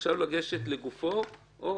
עכשיו אני מבקש לגשת לגופו של עניין,